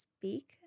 speak